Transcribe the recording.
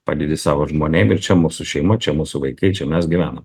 padedi savo žmonėm ir čia mūsų šeima čia mūsų vaikai čia mes gyvenam